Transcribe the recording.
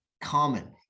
common